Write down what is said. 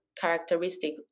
characteristic